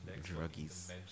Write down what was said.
druggies